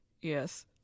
yes